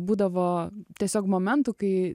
būdavo tiesiog momentų kai